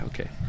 okay